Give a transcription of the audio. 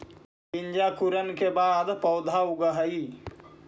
बीजांकुरण के बाद पौधा उगऽ हइ